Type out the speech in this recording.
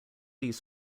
these